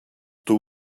two